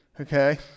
Okay